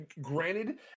granted